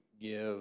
give